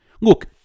Look